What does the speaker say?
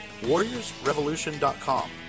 warriorsrevolution.com